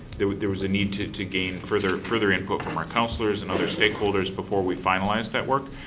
there there was need to to gain further further input from our counselors and other stakeholders before we finalized that work.